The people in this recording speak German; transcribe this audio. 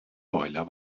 boiler